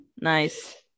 Nice